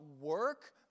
work